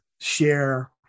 share